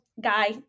guy